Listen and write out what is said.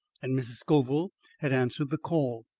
and mrs. scoville had answered the call.